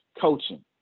coaching